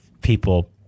people